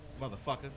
motherfucker